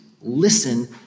Listen